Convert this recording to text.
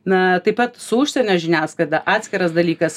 na taip pat su užsienio žiniasklaida atskiras dalykas